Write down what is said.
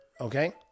okay